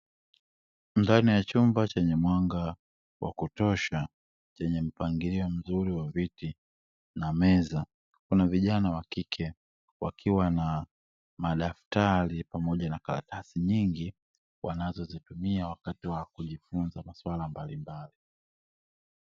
Ndani ya chumba chenye mwanga wa kutosha chenye mpangilio mzuri wa viti na meza, kuna vijana wakike wakiwa na madaftari pamoja na karatasi nyingi wanazozitumia wakati wa kujifunza mambo mbalimbali.